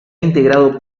integrado